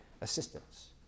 assistance